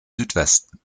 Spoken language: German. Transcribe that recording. südwesten